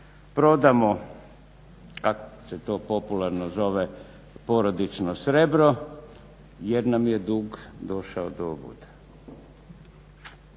Prodamo kako se to popularno zove porodično srebro jer nam je dug došao do ovud.